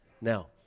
now